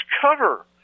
cover